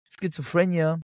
schizophrenia